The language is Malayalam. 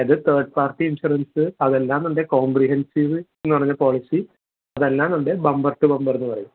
അത് തേഡ് പാർട്ടി ഇൻഷൊറൻസ്സ് അതല്ലാന്നൊണ്ടെ കോമ്പ്രിഹെൻസീവ് എന്ന് പറഞ്ഞ പോളിസി അതല്ലാന്നൊണ്ടെ ബമ്പർ ടു ബമ്പർന്ന് പറയും